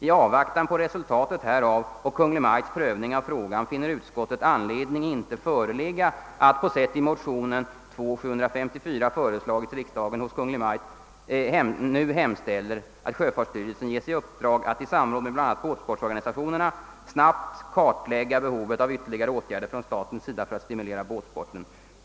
I avvaktan på resultatet härav och Kungl. Maj:ts prövning av frågan finner utskottet anledning inte föreligga att, på sätt i motionen 11: 754 föreslagits, riksdagen hos Kungl. Maj:t nu hemställer att sjöfartsstyrelsen ges i uppdrag att i samråd med bl a. båtsportorganisationerna snabbt kartlägga behovet av ytterligare åtgärder från statens sida för att stimulera båtsporten.